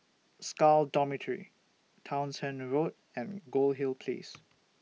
Scal Dormitory Townshend Road and Goldhill Place